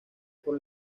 por